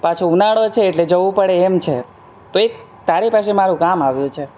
પાછો ઉનાળો છે એટલે જવું પડે એમ છે તો એક તારી પાસે મારું કામ આવ્યું છે